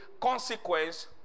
consequence